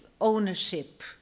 ownership